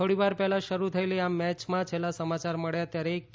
થોડીવાર પહેલા શરૂ થયેલી આ મેચમાં છેલ્લા સમાચાર મળ્યા ત્યારે કે